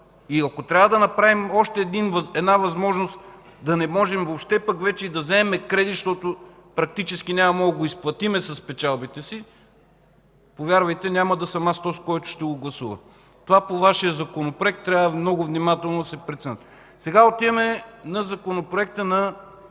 И ако трябва да направим още една възможност да не можем въобще пък вече да вземаме кредит, защото практически няма да можем да го изплатим с печалбите си, повярвайте, няма да съм аз този, който ще го гласува. Това по Вашия Законопроект трябва много внимателно да се прецени. Сега отиваме на Законопроекта на